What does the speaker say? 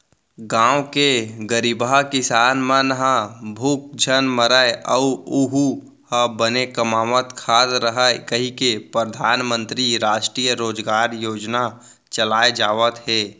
गाँव के गरीबहा किसान मन ह भूख झन मरय अउ ओहूँ ह बने कमावत खात रहय कहिके परधानमंतरी रास्टीय रोजगार योजना चलाए जावत हे